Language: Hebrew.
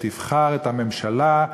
שתבחר את הממשלה,